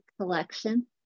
collection